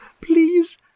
please